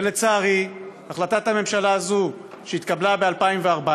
לצערי, החלטת הממשלה הזו שהתקבלה ב-2014,